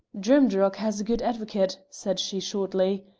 drimdarroch has a good advocate, said she shortly,